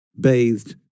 bathed